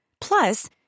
Plus